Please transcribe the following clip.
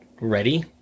ready